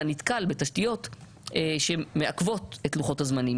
אתה נתקל בתשתיות שמעכבות את לוחות הזמנים.